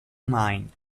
mine